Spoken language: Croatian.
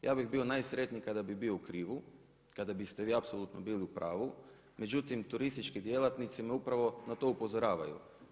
Ja bih bio najsretniji kada bi bio u krivu, kada biste vi bili apsolutno u pravu, međutim turistički djelatnici me upravo na to upozoravaju.